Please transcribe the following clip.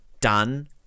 done